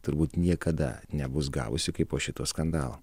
turbūt niekada nebus gavusi kaip po šito skandalo